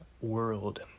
world